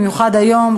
במיוחד היום,